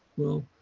well,